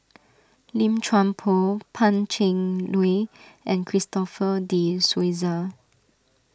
Lim Chuan Poh Pan Cheng Lui and Christopher De Souza